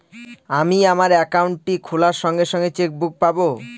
আমি আমার একাউন্টটি খোলার সঙ্গে সঙ্গে চেক বুক পাবো?